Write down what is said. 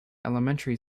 elementary